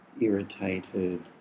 irritated